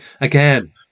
again